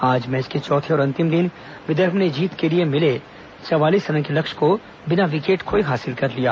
आज मैच के चौथे और अंतिम दिन विदर्भ ने जीत के लिए मिले चवालीस रन के लक्ष्य को बिना विकेट खोए हासिल कर लिया